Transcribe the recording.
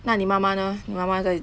那你妈妈呢你妈妈在